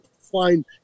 find